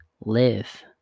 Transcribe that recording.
live